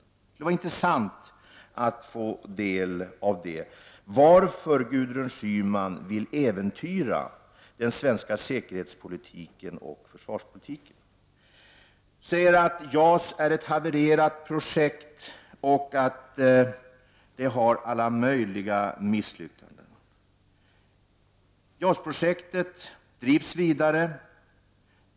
Det skulle alltså vara intressant att få veta varför Gudrun Schyman vill äventyra den svenska säkerhetspolitiken och försvarspolitiken. Hon säger att JAS är ett havererat projekt och att det innebär alla möjliga misslyckanden. JAS-projektet drivs vidare.